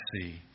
see